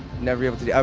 never be able to, yeah